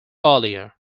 earlier